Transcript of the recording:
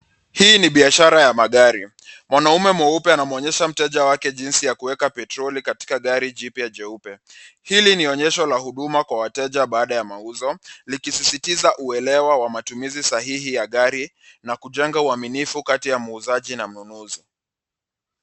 Hii ni biashara ya magari. Mwanaume mweupe anamuonesha mteja wake jinsi ya kuweka petroli katika gari jipya jeupe. Hili ni onyesho la huduma kwa wateja baada ya mauzo likisisitiza uelewa wa matumizi sahihi ya gari na kujenga uaminifu kati ya muuzaji na mnunuzi.